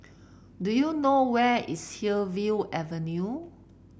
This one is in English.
do you know where is Hillview Avenue